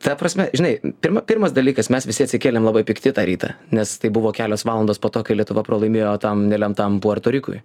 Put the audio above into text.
ta prasme žinai pirma pirmas dalykas mes visi atsikėlėm labai pikti tą rytą nes tai buvo kelios valandos po to kai lietuva pralaimėjo tam nelemtam puerto rikui